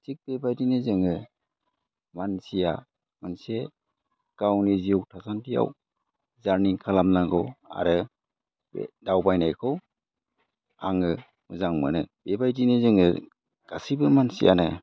थिग बेबायदिनो जोङो मानसिया मोनसे गावनि जिउ थासान्दियाव जारनि खालामनांगौ आरो बे दावबायनायखौ आङो मोजां मोनो बेबायदिनो जोङो गासैबो मानसियानो